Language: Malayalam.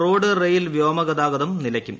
റോഡ് റെയിൽ വ്യോമ ഗതാഗതം നിലയ്ക്കും